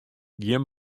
gjin